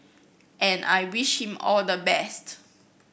and I wish him all the best